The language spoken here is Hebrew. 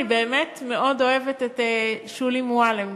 אני באמת מאוד אוהבת את שולי מועלם